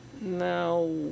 Now